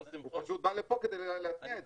הוא פשוט בא לפה כדי להתניע את זה.